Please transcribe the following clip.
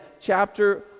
chapter